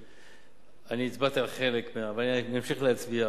אני הצבעתי על חלק מהמקורות ואני אמשיך להצביע.